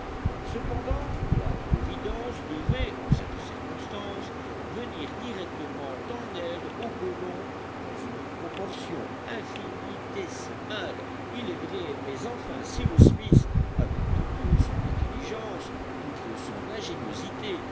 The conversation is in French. cependant la providence devait en cette circonstance venir directement en aide aux colons dans une proportion infinitésimale il est vrai mais enfin cyrus smith avec toute son intelligence toute son ingéniosité